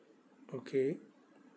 okay